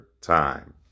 time